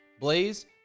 Blaze